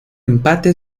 empate